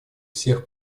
всех